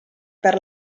per